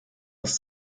aus